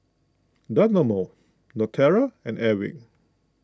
Dynamo Naturel and Airwick